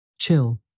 chill